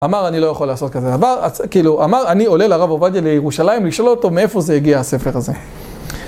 אמר אני לא יכול לעשות כזה דבר, כאילו אמר אני עולה לרב עובדיה לירושלים לשאול אותו מאיפה זה הגיע הספר הזה.